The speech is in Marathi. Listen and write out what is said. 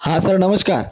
हा सर नमश्कार